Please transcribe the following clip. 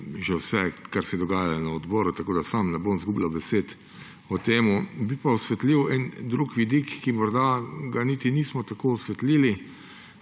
že vse, kar se je dogajalo na odboru, tako da sam ne bom zgubljal besed o tem. Bi pa osvetlil en drug vidik, ki morda ga niti nismo tako osvetlili,